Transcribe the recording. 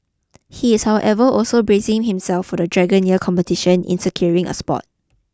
he is however also bracing himself for the Dragon Year competition in securing a spot